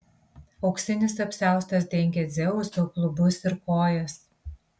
auksinis apsiaustas dengė dzeuso klubus ir kojas